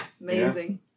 Amazing